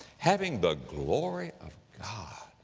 having the glory of god. ah